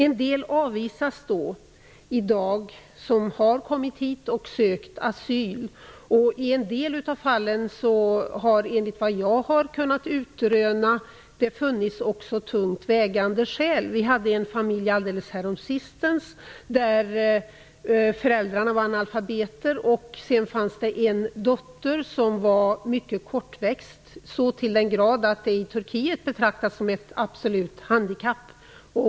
En del av de personer som har kommit till Sverige och sökt asyl avvisas. I en del av fallen har det enligt vad jag har kunnat utröna funnits tungt vägande skäl för att bevilja asyl. Ett exempel som nyligen var aktuellt gällde en familj där föräldrarna var analfabeter. En dotter var mycket kortväxt, så till den grad att det i Turkiet betraktas som ett absolut handikapp.